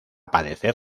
padecer